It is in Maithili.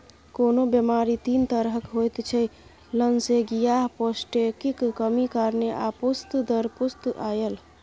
कोनो बेमारी तीन तरहक होइत छै लसेंगियाह, पौष्टिकक कमी कारणेँ आ पुस्त दर पुस्त आएल